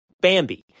Bambi